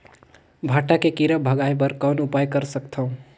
भांटा के कीरा भगाय बर कौन उपाय कर सकथव?